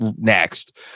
next